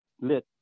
lit